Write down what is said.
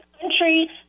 country